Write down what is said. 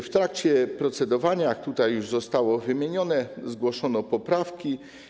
W trakcie procedowania, jak tutaj już zostało wymienione, zgłoszono poprawki.